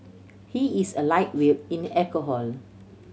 he is a lightweight in alcohol